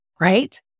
Right